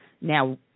Now